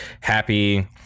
happy